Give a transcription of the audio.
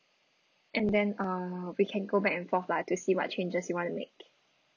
and then uh we can go back and forth lah to see what changes you want to make